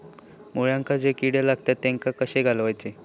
मुळ्यांका जो किडे लागतात तेनका कशे घालवचे?